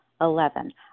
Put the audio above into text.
Eleven